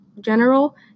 general